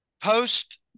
post